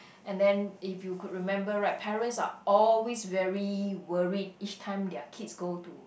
and then if you could remember right parents are always very worried each time their kids go to